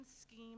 scheme